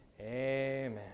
Amen